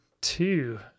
two